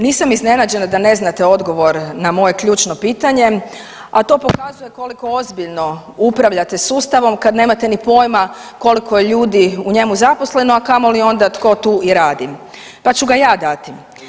Nisam iznenađena da ne znate odgovor na moje ključno pitanje, a to pokazuje koliko ozbiljno upravljate sustavom kad nemate ni pojma koliko je ljudi u njemu zaposleno, a kamoli onda tko tu i radi, pa ću ga ja dati.